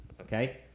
Okay